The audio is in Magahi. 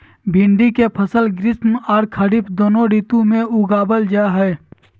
भिंडी के फसल ग्रीष्म आर खरीफ दोनों ऋतु में उगावल जा हई